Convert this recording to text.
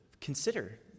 consider